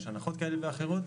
יש הנחות כאלה ואחרות.